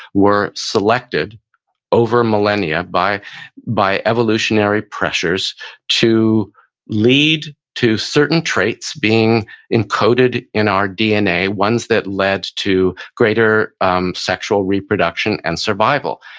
were selected over millennia by by evolutionary pressures to lead to certain traits being encoded in our dna, ones that led to greater um sexual reproduction and survival.